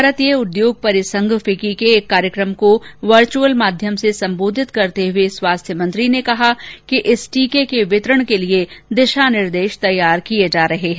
भारतीय उदयोग परिसंघ फिक्की के एक कार्यक्रम को वर्चअल माध्यम से संबोधित करते हुए स्वास्थ्य मंत्री ने कहा कि इस टीके के वितरण के लिए दिशा निर्देश तैयार किए जा रहे हैं